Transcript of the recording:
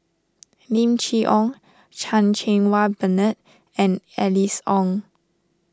Lim Chee Onn Chan Cheng Wah Bernard and Alice Ong